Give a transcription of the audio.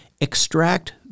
extract